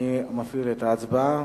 אני מפעיל את ההצבעה.